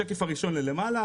השקף הראשון למעלה.